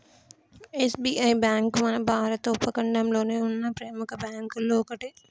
SBI bank మన భారత ఉపఖండంలోనే ఉన్న ప్రెముఖ బ్యేంకుల్లో ఒకటి